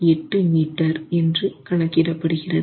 8 metre என்று கணக்கிடப்படுகிறது